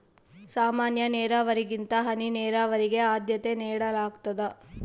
ಸಾಮಾನ್ಯ ನೇರಾವರಿಗಿಂತ ಹನಿ ನೇರಾವರಿಗೆ ಆದ್ಯತೆ ನೇಡಲಾಗ್ತದ